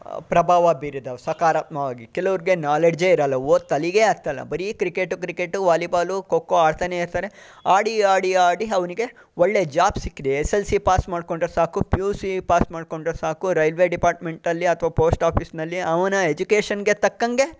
ಪ್ರಭಾವ ಬೀರಿದವು ಸಕಾರಾತ್ಮಕವಾಗಿ ಕೆಲ್ವರಿಗೆ ನಾಲೆಡ್ಜೆ ಇರಲ್ಲ ಓದು ತಲೆಗೆ ಹತ್ತಲ್ಲ ಬರಿ ಕ್ರಿಕೇಟು ಕ್ರಿಕೇಟು ವಾಲಿಬಾಲು ಖೋಖೋ ಆಡ್ತಾನೆಯಿರ್ತಾರೆ ಆಡಿ ಆಡಿ ಆಡಿ ಅವನಿಗೆ ಒಳ್ಳೆಯ ಜಾಬ್ ಸಿಕ್ಕಿದೆ ಎಸ್ ಎಲ್ ಸಿ ಪಾಸ್ ಮಾಡಿಕೊಂಡ್ರೆ ಸಾಕು ಪಿ ಯು ಸಿ ಪಾಸ್ ಮಾಡಿಕೊಂಡ್ರೆ ಸಾಕು ರೈಲ್ವೇ ಡಿಪಾರ್ಟ್ಮೆಂಟಲ್ಲಿ ಅಥವಾ ಪೋಸ್ಟ್ ಆಫೀಸ್ನಲ್ಲಿ ಅವನ ಎಜುಕೇಷನ್ಗೆ ತಕ್ಕಂಗೆ